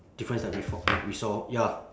difference that we we saw ya